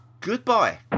Goodbye